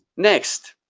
next,